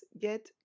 get